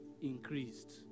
increased